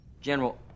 General